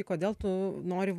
kodėl tu nori